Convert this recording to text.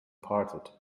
parted